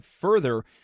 further